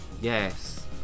Yes